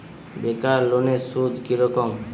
বেকার লোনের সুদ কি রকম?